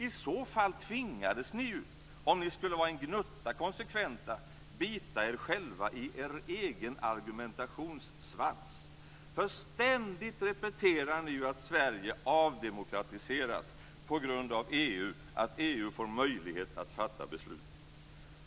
I så fall tvingades ni ju, om ni skulle vara en gnutta konsekventa, bita er själva i er egen argumentationssvans. Ständigt repeterar ni ju att Sverige avdemokratiseras på grund av att EU får möjlighet att fatta beslut.